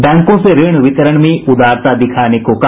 बैंको से ऋण वितरण में उदारता दिखाने को कहा